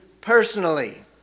personally